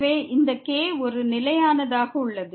எனவே இந்த k ஒரு நிலையானதாக உள்ளது